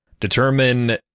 determine